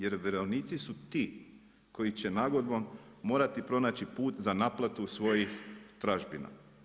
Jer vjerovnici su ti koji će nagodbom morati pronaći put za naplatu svojih tražbina.